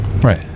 Right